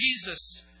Jesus